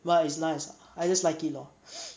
but it's nice ah I just like it lor